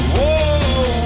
Whoa